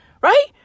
Right